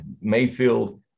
mayfield